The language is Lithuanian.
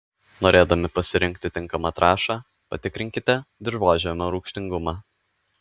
norėdami pasirinkti tinkamą trąšą patikrinkite dirvožemio rūgštingumą